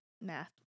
math